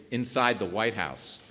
inside the white house.